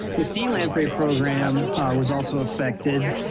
the sea lamprey program was also affected.